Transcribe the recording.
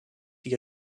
die